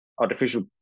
artificial